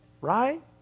Right